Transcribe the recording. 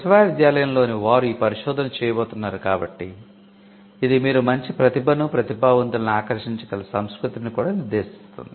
విశ్వవిద్యాలయంలోని వారు ఈ పరిశోధన చేయబోతున్నారు కాబట్టి ఇది మీరు మంచి ప్రతిభనుప్రతిభావంతుల్ని ఆకర్షించగల సంస్కృతిని కూడా నిర్దేశిస్తుంది